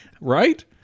Right